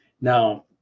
now